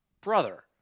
brother